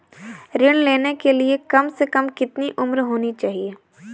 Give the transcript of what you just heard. ऋण लेने के लिए कम से कम कितनी उम्र होनी चाहिए?